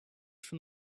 from